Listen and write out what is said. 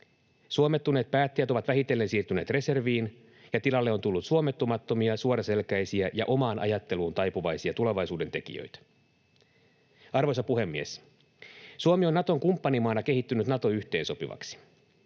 Suomettuneet päättäjät ovat vähitellen siirtyneet reserviin, ja tilalle on tullut suomettumattomia, suoraselkäisiä ja omaan ajatteluun taipuvaisia tulevaisuudentekijöitä. Arvoisa puhemies! Suomi on Naton kumppanimaana kehittynyt Nato-yhteensopivaksi.